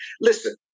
Listen